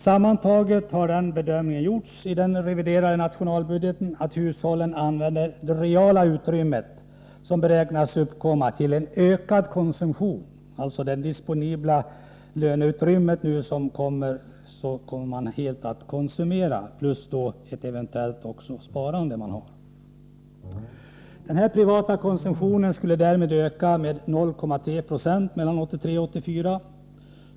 Sammantaget har den bedömningen gjorts i den reviderade nationalbudgeten, att hushållen använder det reala utrymme som beräknas uppkomma till ökad konsumtion, så det disponibla löneutrymmet kommer man att helt konsumera plus eventuellt också de sparmedel man har. Den privata konsumtionen skulle därmed öka med 0,3 20 mellan 1983 och 1984.